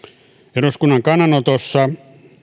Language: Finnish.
eduskunnan kannanotossa